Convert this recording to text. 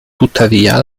tuttavia